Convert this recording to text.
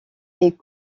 est